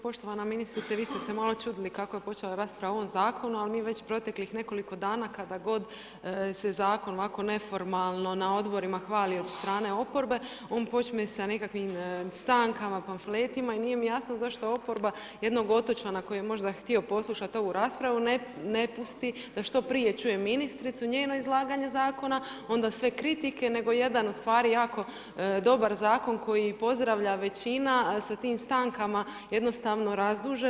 Poštovana ministrice, vi ste se malo čudili kako je počela rasprava o ovom zakonu, ali mi već proteklih nekoliko dana, kada god se neformalno na odborima hvali od strane oporbe, on počne sa nekakvim stankama, pamfletima i nije mi jasno zašto oporba jednog otočja na koji je možda htio poslušati neku raspravu, ne pusti, da što prije čuje ministricu njenu izlaganje zakona, onda sve kritike nego jedan ustvari jako dobar zakon, koji pozdravlja većina, sa tim stankama, jednostavno razduže.